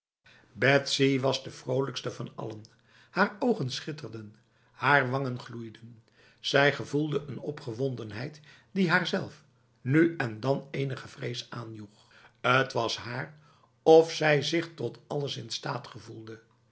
betsy was de vrolijkste van allen haar ogen schitterden haar wangen gloeiden zij gevoelde een opgewondenheid die haarzelf nu en dan enige vrees aanjoeg t was haar of zij zich tot alles in staat gevoelde